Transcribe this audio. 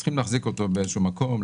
צריכים להחזיק אותו באיזשהו מקום,